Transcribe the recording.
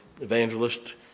evangelist